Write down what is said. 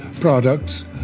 products